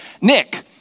Nick